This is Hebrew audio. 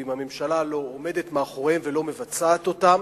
ואם הממשלה לא עומדת מאחוריהם ולא מבצעת אותם,